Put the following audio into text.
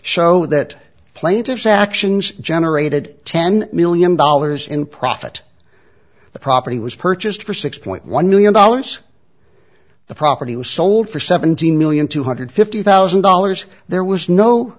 show that plaintiff's actions generated ten million dollars in profit the property was purchased for six point one million dollars the property was sold for seventeen million two hundred fifty thousand dollars there was no